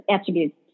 attributes